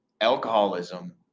alcoholism